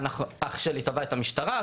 אח שלי תבע את המשטרה,